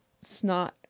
snot